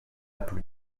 plus